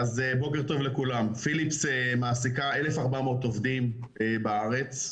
פיליפס מעסיקה 1,400 עובדים בארץ.